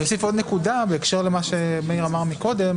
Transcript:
אני אוסיף עוד נקודה בהקשר למה שמאיר אמר קודם.